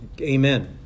amen